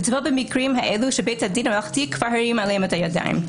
לטפל במקרים האלה שבית הדין הממלכתי כבר הרים מהם את הידיים.